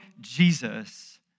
Jesus